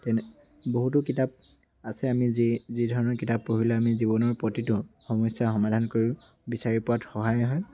তেনে বহুতো কিতাপ আছে আমি যি যি ধৰণৰ কিতাপ পঢ়িলে আমি জীৱনৰ প্ৰতিটো সমস্যাৰ সমাধান কৰি বিচাৰি পোৱাত সহায় হয়